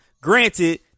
Granted